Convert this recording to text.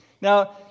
Now